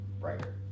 brighter